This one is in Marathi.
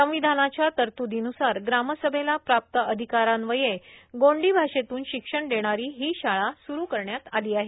संविधानाच्या तरत्दीन्सार ग्रामसभेला प्राप्त अधिकारान्वये गोंडी भाषेतून शिक्षण देणारी ही शाळा स्रु करण्यात आली आहे